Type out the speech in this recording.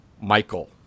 Michael